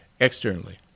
externally